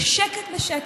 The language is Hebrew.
בשקט בשקט,